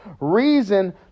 reason